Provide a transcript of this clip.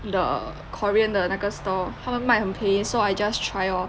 the korean 的那个 store 他们卖很便宜 so I just try orh